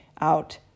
out